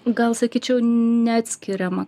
gal sakyčiau neatskiriama